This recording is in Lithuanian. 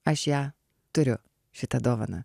aš ją turiu šitą dovaną